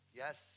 yes